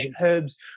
herbs